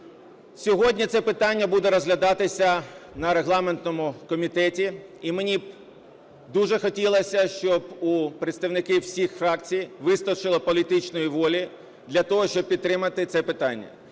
Сьогодні це питання буде розглядатися на регламентному комітеті, і мені б дуже хотілося, щоб у представників всіх фракцій вистачило політичної волі для того, щоб підтримати це питання.